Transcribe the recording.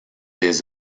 des